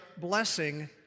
blessing